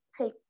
take